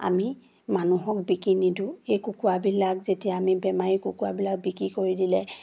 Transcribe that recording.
আমি মানুহক বিকি নিদিওঁ এই কুকুৰাবিলাক যেতিয়া আমি বেমাৰী কুকুৰাবিলাক বিকি কৰি দিলে